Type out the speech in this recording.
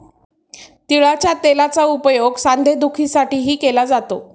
तिळाच्या तेलाचा उपयोग सांधेदुखीसाठीही केला जातो